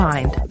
Mind